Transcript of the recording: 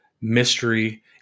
mystery